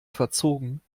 verzogen